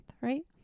right